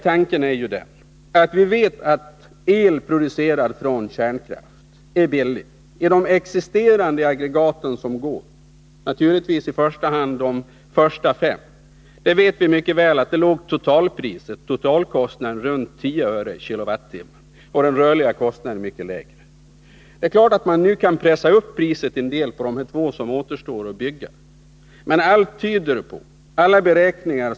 Vi vet ju helt enkelt att el, producerad från kärnkraft, är billig när det gäller de existerande aggregaten som är i drift, naturligtvis särskilt de första fem. Totalkostnaden ligger kring 10 öre per kWh och den rörliga kostnaden är mycket lägre. Det är klart att man kan pressa upp priset en del när det gäller de två aggregat som återstår att bygga.